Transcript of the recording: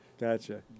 gotcha